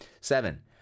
Seven